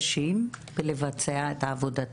זהו מצב שאי-אפשר להסכים איתו יותר.